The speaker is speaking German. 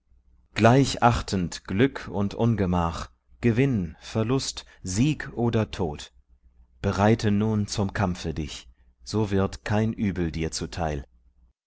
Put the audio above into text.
gleich achtend glück und ungemach gewinn verlust sieg oder tod bereite nun zum kampfe dich so wird kein übel dir zu